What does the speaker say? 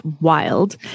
wild